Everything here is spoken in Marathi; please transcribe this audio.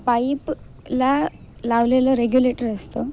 पाईपला लावलेलं रेग्युलेटर असतं